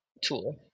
tool